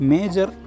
Major